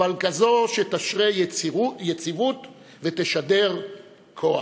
אבל כזו שתשרה יציבות ותשדר כוח.